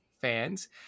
fans